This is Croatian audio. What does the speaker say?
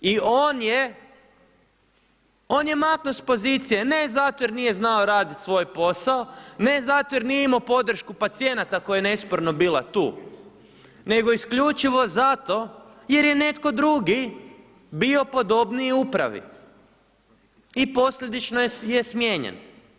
I on je, on je maknut s pozicije, ne zato jer nije znao raditi svoj posao, ne zato jer nije imao podršku pacijenata koja je nesporno bila tu nego isključivo zato jer je netko drugi bio podobniji upravi i posljedično je smijenjen.